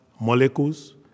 molecules